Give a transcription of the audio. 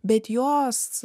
bet jos